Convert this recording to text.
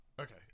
Okay